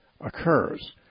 occurs